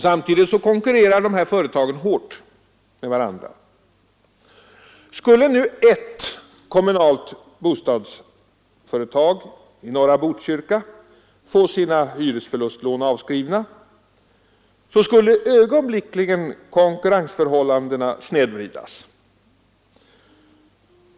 Samtidigt konkurrerar företagen hårt med förluster varandra. Skulle nu ett kommunalt bostadsföretag i norra Botkyrka få sina hyresförlustlån avskrivna, skulle ögonblickligen konkurrensförhållandena snedvridas.